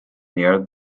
near